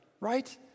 Right